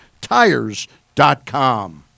tires.com